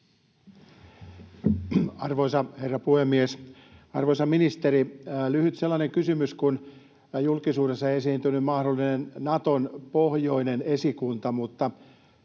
Arvoisa herra puhemies! Arvoisa ministeri, lyhyt kysymys: Julkisuudessa on esiintynyt mahdollinen Naton pohjoinen esikunta, mutta